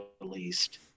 released